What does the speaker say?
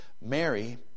Mary